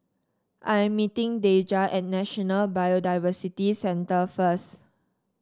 I am meeting Deja at National Biodiversity Centre first